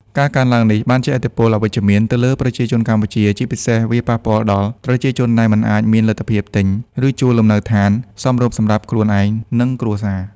ការកើនឡើងនេះបានជះឥទ្ធិពលអវិជ្ជមានទៅលើប្រជាជនកម្ពុជា ជាពិសេសវាប៉ះពាល់ដល់ប្រជាជនដែលមិនអាចមានលទ្ធភាពទិញ ឬជួលលំនៅឋានសមរម្យសម្រាប់ខ្លួនឯង និងគ្រួសារ។